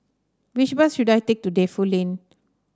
which bus should I take to Defu Lane